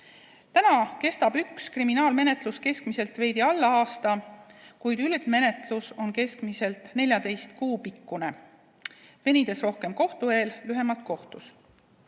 pikkus. Üks kriminaalmenetlus kestab keskmiselt veidi alla aasta, kuid üldmenetlus on keskmiselt 14 kuu pikkune, venides rohkem kohtu eel, kohtus